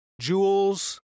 jewels